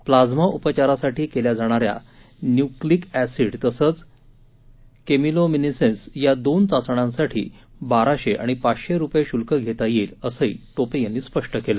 plasma उपचारासाठी केल्या जाणाऱ्या न्यूक्लिक एसीड तसंच केमिलोमिनेसेन्स या दोन चाचण्यांसाठी बाराशे आणि पाचशे रुपये शुल्क घेता येईल असंही टोपे यांनी स्पष्ट केलं